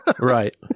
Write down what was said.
right